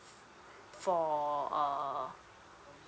for uh